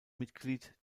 mitglied